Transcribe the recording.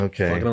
Okay